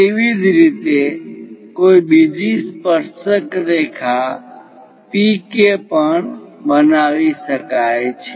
તેવી જ રીતે કોઈ બીજી સ્પર્શક રેખા PK પણ બનાવી શકે છે